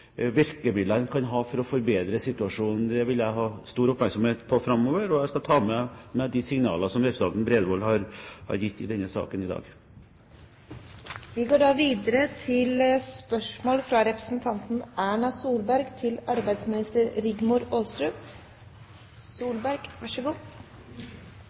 virkemidler en kan ha for å forbedre situasjonen. Det vil jeg ha stor oppmerksomhet på framover, og jeg skal ta med meg de signaler som representanten Bredvold har gitt i denne saken i dag. Spørsmål 13 er allerede besvart. Jeg tillater meg å stille følgende spørsmål til arbeidsministeren: «1. juli 2010 ble tilskuddsordningen til